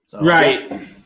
Right